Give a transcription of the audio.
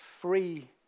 free